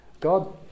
God